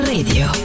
Radio